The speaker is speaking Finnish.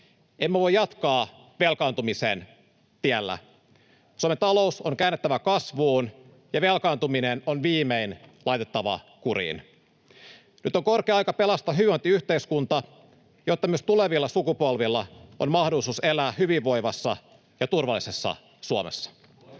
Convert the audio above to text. Emme voi jatkaa velkaantumisen tiellä. Suomen talous on käännettävä kasvuun ja velkaantuminen on viimein laitettava kuriin. Nyt on korkea aika pelastaa hyvinvointiyhteiskunta, jotta myös tulevilla sukupolvilla on mahdollisuus elää hyvinvoivassa ja turvallisessa Suomessa.